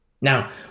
Now